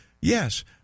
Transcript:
yes